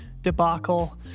debacle